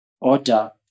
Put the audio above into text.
order